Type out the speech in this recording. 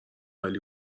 عالی